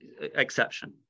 Exception